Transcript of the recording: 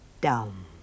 dumb